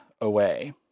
away